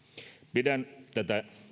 pidän tätä